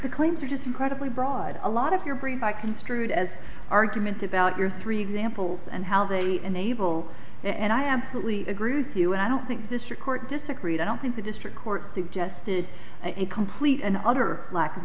the claims are just incredibly broad a lot of your brief i construed as argument about your three examples and how they enable and i absolutely agree with you and i don't think this or court disagreed i don't think the district court suggested a complete and utter lack of